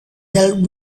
helped